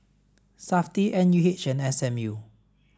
SAFTI N U H and S M U